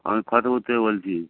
আমি ফতেপুর থেকে বলছি